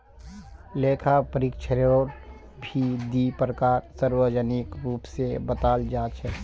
लेखा परीक्षकेरो भी दी प्रकार सार्वजनिक रूप स बताल जा छेक